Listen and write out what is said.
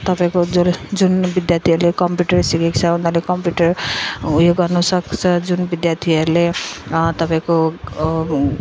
तपाईँको जो जुन विद्यार्थीहरूले कम्प्युटर सिकेको छ उनीहरूले कम्प्युटर उयो गर्नु सक्छ जुन विद्यार्थीहरूले तपाईँको